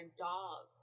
dog